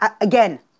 again